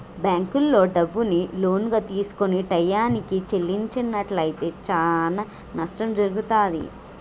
బ్యేంకుల్లో డబ్బుని లోనుగా తీసుకొని టైయ్యానికి చెల్లించనట్లయితే చానా నష్టం జరుగుతాది